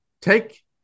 Take